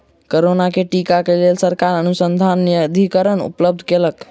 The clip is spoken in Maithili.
कोरोना के टीका क लेल सरकार अनुसन्धान निधिकरण उपलब्ध कयलक